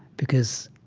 because,